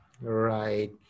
Right